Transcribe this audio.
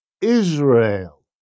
Israel